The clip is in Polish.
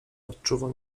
odczuwał